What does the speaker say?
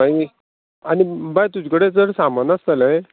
मागीर आनी बाय तुजे कडेन जर सामान आसतलें